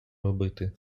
робити